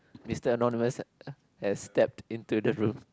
Mister Anonymous has stepped in to the room